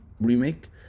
remake